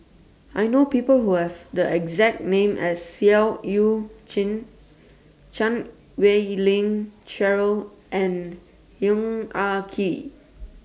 I know People Who Have The exact name as Seah EU Chin Chan Wei Ling Cheryl and Yong Ah Kee